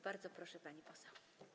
Bardzo proszę, pani poseł.